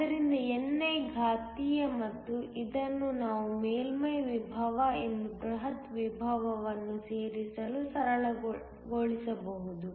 ಆದ್ದರಿಂದ ni ಘಾತೀಯ ಮತ್ತು ಇದನ್ನು ನಾವು ಮೇಲ್ಮೈ ವಿಭವ ಮತ್ತು ಬೃಹತ್ ವಿಭವವನ್ನು ಸೇರಿಸಲು ಸರಳಗೊಳಿಸಬಹುದು